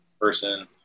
person